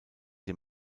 dem